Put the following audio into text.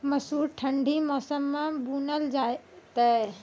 मसूर ठंडी मौसम मे बूनल जेतै?